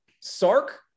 sark